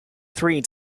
three